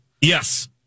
Yes